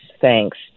thanks